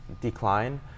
decline